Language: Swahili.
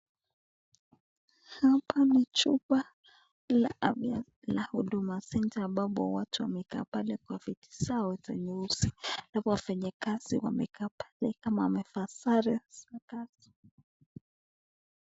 Hapa ni chumba la huduma centre ambapo watu wamekaa pale kwa viti zao ya nyeusi, halafu wafanyikazi wamekaa pale kama wamevaa sare za kazi.